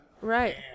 Right